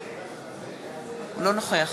אינו נוכח